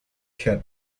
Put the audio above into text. cup